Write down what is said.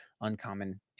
Uncommon